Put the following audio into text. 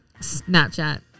Snapchat